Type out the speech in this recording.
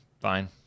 Fine